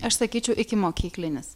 aš sakyčiau ikimokyklinis